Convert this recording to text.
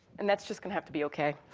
and that's just gonna have to be okay.